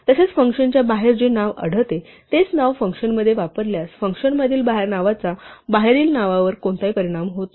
तसेच फंक्शनच्या बाहेर जे नाव आढळते तेच नाव फंक्शनमध्ये वापरल्यास फंक्शनमधील नावाचा बाहेरील नावावर कोणताही परिणाम होत नाही